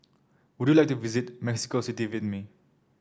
would you like to visit Mexico City with me